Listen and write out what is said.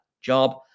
job